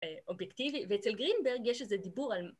אובייקטיבי ואצל גרינברג יש איזה דיבור על